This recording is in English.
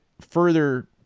further